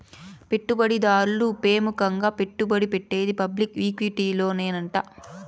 పెట్టుబడి దారులు పెముకంగా పెట్టుబడి పెట్టేది పబ్లిక్ ఈక్విటీలోనేనంట